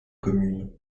commune